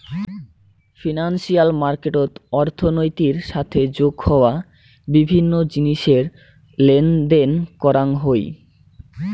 financial মার্কেটত অর্থনীতির সাথে যোগ হওয়া বিভিন্ন জিনিসের লেনদেন করাং হই